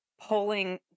polling